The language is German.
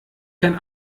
kein